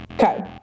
Okay